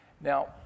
Now